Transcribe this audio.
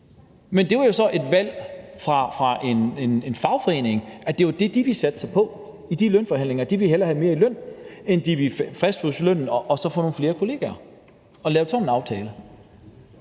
men det var så fagforeningens valg. Det var det, de ville satse på i de lønforhandlinger; de ville hellere have mere i løn, end de ville fastfryse lønnen og få nogle flere kollegaer og lave en aftale